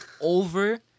over